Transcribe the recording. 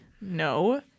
No